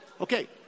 Okay